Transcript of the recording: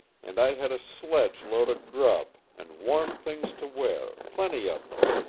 and i had a sledge-load of grub, and warm things to wear plenty of them.